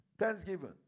thanksgiving